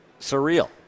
surreal